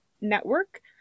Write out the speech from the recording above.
Network